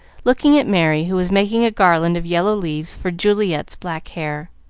looking at merry, who was making a garland of yellow leaves for juliet's black hair.